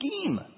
scheme